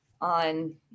on